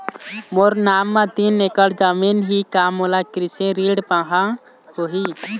मोर नाम म तीन एकड़ जमीन ही का मोला कृषि ऋण पाहां होही?